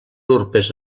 urpes